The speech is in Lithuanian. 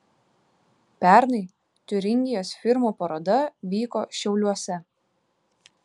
pernai tiuringijos firmų paroda vyko šiauliuose